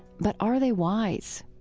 but are they wise?